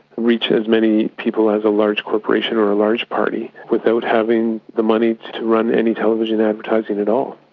reach ah as many people as a large corporation or a large party, without having the money to run any television advertising at all.